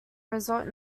result